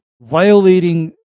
violating